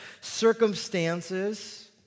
circumstances